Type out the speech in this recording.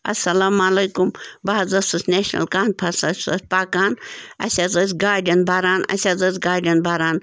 اَلسَلامُ علیکُم بہٕ حظ ٲسٕس نیشنَل کانفرٛیٚنسَس سۭتۍ پَکان اسہِ حظ ٲسۍ گاڑیٚن بَران اسہِ حظ ٲسۍ گاڑیٚن بَرَان